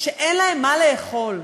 שאין להם מה לאכול.